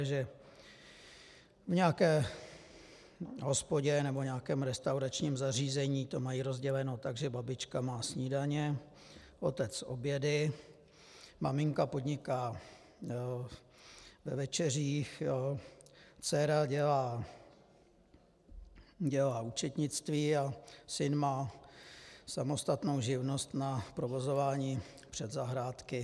V nějaké hospodě nebo v nějakém restauračním zařízení to mají rozděleno tak, že babička má snídaně, otec obědy, maminka podniká ve večeřích, dcera dělá účetnictví a syn má samostatnou živnost na provozování předzahrádky.